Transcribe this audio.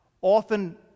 often